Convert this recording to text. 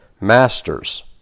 masters